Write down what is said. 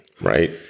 Right